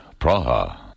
Praha